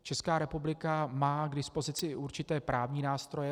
Česká republika má k dispozici i určité právní nástroje.